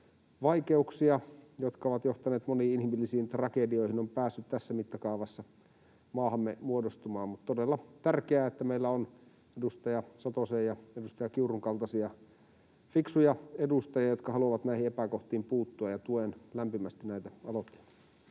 vaikeuksia, jotka ovat johtaneet moniin inhimillisiin tragedioihin, on päässyt tässä mittakaavassa maahamme muodostumaan. On todella tärkeää, että meillä on edustaja Satosen ja edustaja Kiurun kaltaisia fiksuja edustajia, jotka haluavat näihin epäkohtiin puuttua. Tuen lämpimästi näitä aloitteita.